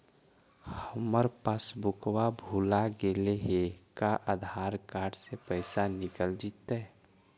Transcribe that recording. हमर पासबुक भुला गेले हे का आधार कार्ड से पैसा निकल जितै?